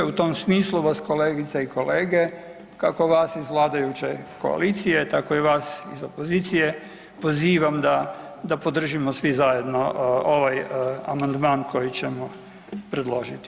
U tom smislu vas kolegice i kolege, kako vas iz vladajuće koalicije tako i vas iz opozicije pozivam da podržimo svi zajedno ovaj amandman koji ćemo predložiti.